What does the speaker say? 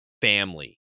family